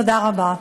תודה רבה.